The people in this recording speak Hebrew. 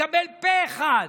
התקבל פה אחד.